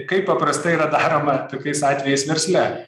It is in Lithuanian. kaip paprastai yra daroma tokiais atvejais versle